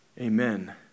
amen